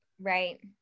Right